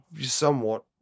somewhat